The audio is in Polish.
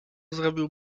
zrobił